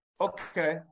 Okay